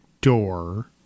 door